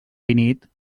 finit